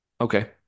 Okay